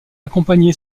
accompagné